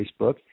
Facebook